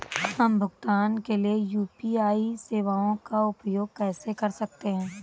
हम भुगतान के लिए यू.पी.आई सेवाओं का उपयोग कैसे कर सकते हैं?